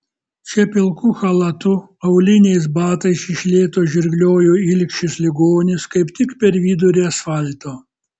čia pilku chalatu auliniais batais iš lėto žirgliojo ilgšis ligonis kaip tik per vidurį asfalto